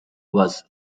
was